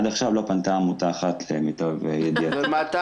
עד עכשיו לא פנתה ולו עמותה אחת, למיטב ידיעתי.